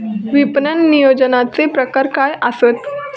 विपणन नियोजनाचे प्रकार काय आसत?